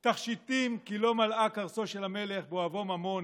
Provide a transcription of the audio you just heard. תכשיטים, כי לא מלאה כרסו של המלך ואוהבו ממון,